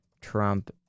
Trump